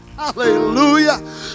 hallelujah